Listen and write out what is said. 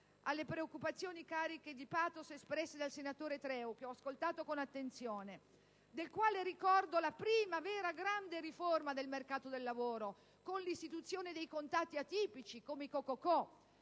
Alle preoccupazioni cariche di *pathos* espresse dal senatore Treu, che ho ascolato con attenzione (del quale ricordiamo la prima vera grande riforma del mercato del lavoro, con l'istituzione di contratti atipici come i co.co.co.)